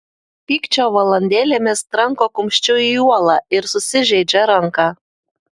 pykčio valandėlėmis tranko kumščiu į uolą ir susižeidžia ranką